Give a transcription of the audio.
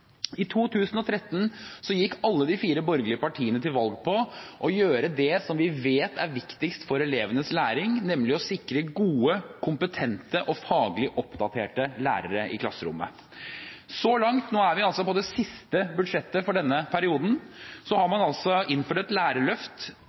I 2013 gikk alle de fire borgerlige partiene til valg på å gjøre det som vi vet er viktigst for elevenes læring, nemlig å sikre gode, kompetente og faglig oppdaterte lærere i klasserommet. Så langt – nå er vi altså på det siste budsjettet for denne perioden – har